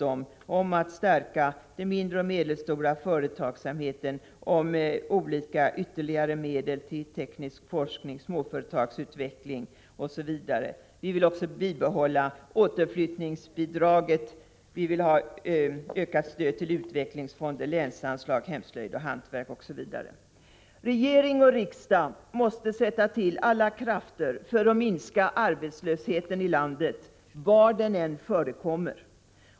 Det gäller att stärka de mindre och medelstora företagen, det handlar om olika ytterligare medel till teknisk forskning, småföretagsutveckling osv. Vi vill också bibehålla återflyttningsbidraget, vi vill ha ökat stöd till utvecklingsfonder, länsanslag, hemslöjd, hantverk etc. Regering och riksdag måste sätta till alla krafter för att minska arbetslösheten i landet, var den än förekommer.